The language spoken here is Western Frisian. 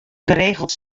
geregeld